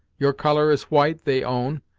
your colour is white, they own,